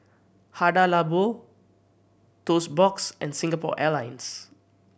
Hada Labo Toast Box and Singapore Airlines